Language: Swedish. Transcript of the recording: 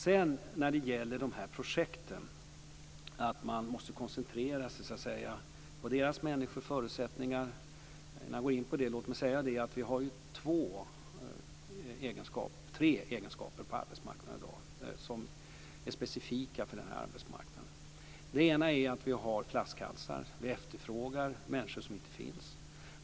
Sedan till projekten och att man måste koncentrera sig på människor och deras förutsättningar. Låt mig innan jag går in på det säga att vi har tre egenskaper på arbetsmarknaden i dag som är specifika för arbetsmarknaden. Det ena är att vi har flaskhalsar. Vi efterfrågar människor som inte finns.